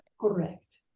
Correct